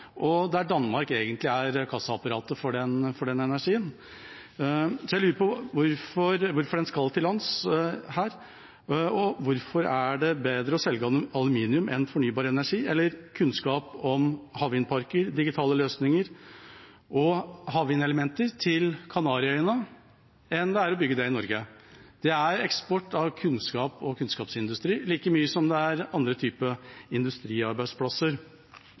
kontinentet, der Danmark egentlig er kassaapparatet for den energien? Jeg lurer på hvorfor den skal til lands her, hvorfor det er bedre å bygge den i Norge, og hvorfor det er bedre å selge aluminium enn fornybar energi eller kunnskap om havvindparker, digitale løsninger og havvindelementer til Kanariøyene. Det er eksport av kunnskap og kunnskapsindustri like mye som det er andre typer industriarbeidsplasser.